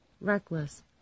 reckless